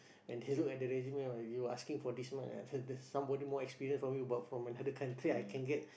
and he look at the resume you asking for these much ah said there's somebody more experience from you but from another country I can get